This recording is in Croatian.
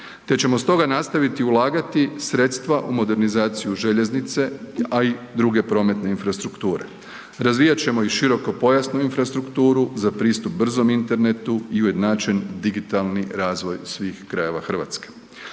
te ćemo stoga nastaviti ulagati sredstva u modernizaciju željeznice, a i druge prometne infrastrukture. Razvijat ćemo i širokopojasnu infrastrukturu za pristup brzom internetu i ujednačen digitalni razvoj svih krajeva RH.